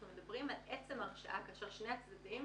אנחנו מדברים על עצם ההרשאה כאשר שני הצדדים